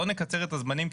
בואו נקצר את הזמנים,